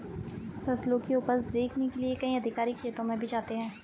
फसलों की उपज देखने के लिए कई अधिकारी खेतों में भी जाते हैं